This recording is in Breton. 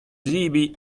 zebriñ